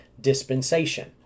dispensation